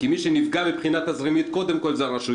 מי שזקוק לעזרה תזרימית אלו קודם כל העסקים.